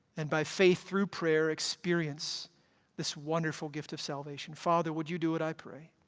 and by faith through prayer experience this wonderful gift of salvation. father, would you do it? i pray,